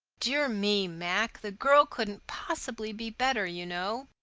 dear me, mac, the girl couldn't possibly be better, you know.